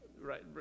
right